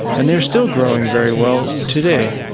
and they're still growing very well today.